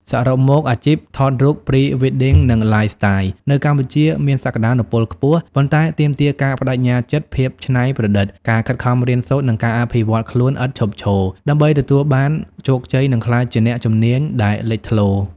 សរុបមក អាជីពថតរូប Pre-wedding និង Lifestyle នៅកម្ពុជាមានសក្តានុពលខ្ពស់ ប៉ុន្តែទាមទារការប្តេជ្ញាចិត្ត ភាពច្នៃប្រឌិត ការខិតខំរៀនសូត្រ និងការអភិវឌ្ឍន៍ខ្លួនឥតឈប់ឈរ ដើម្បីទទួលបានជោគជ័យ និងក្លាយជាអ្នកជំនាញដែលលេចធ្លោ។